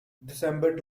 december